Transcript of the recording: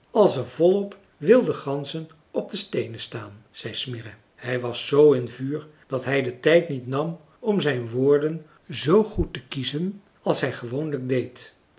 als er volop wilde ganzen op de steenen staan zei smirre hij was z in vuur dat hij den tijd niet nam om zijn woorden zoo goed te kiezen als hij gewoonlijk deed